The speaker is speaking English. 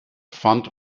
fund